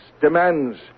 demands